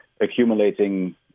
accumulating